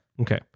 Okay